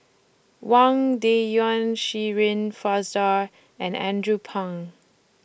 Wang Dayuan Shirin Fozdar and Andrew Phang